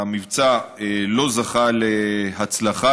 המבצע לא זכה להצלחה,